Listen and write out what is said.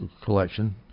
collection